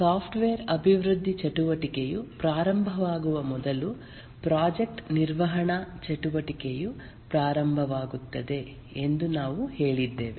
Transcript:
software ಅಭಿವೃದ್ಧಿ ಚಟುವಟಿಕೆಯು ಪ್ರಾರಂಭವಾಗುವ ಮೊದಲು ಪ್ರಾಜೆಕ್ಟ್ ನಿರ್ವಹಣಾ ಚಟುವಟಿಕೆಯು ಪ್ರಾರಂಭವಾಗುತ್ತದೆ ಎಂದು ನಾವು ಹೇಳಿದ್ದೇವೆ